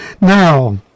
now